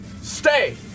Stay